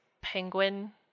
penguin